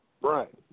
Right